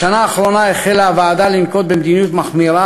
בשנה האחרונה החלה הוועדה לנקוט מדיניות מחמירה